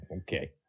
okay